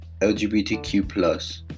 LGBTQ+